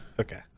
Okay